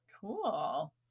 Cool